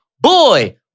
boy